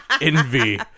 envy